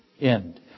end